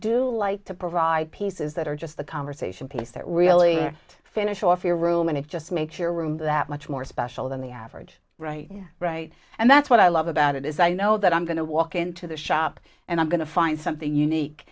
do like to provide pieces that are just the conversation piece that really finish off your room and it just makes your room that much more special than the average right right and that's what i love about it is i know that i'm going to walk into the shop and i'm going to find something unique